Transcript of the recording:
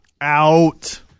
Out